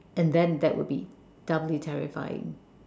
and then that would be doubly terrifying